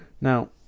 Now